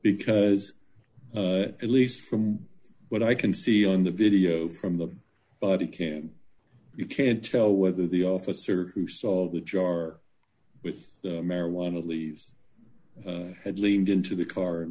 because at least from what i can see on the video from them but because you can't tell whether the officer who saw the jar with marijuana leaves had leaned into the car and